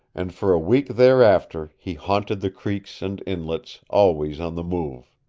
and for a week thereafter he haunted the creeks and inlets, always on the move.